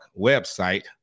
website